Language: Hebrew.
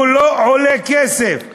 הוא לא עולה כסף.